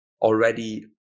already